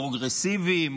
פרוגרסיביים,